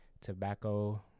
Tobacco